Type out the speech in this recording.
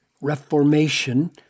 Reformation